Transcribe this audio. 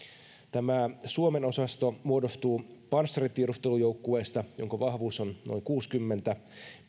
suomen osasto muodostuu panssaritiedustelujoukkueesta jonka vahvuus on noin kuusikymmentä